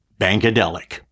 Bankadelic